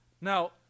Now